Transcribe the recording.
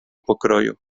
pokroju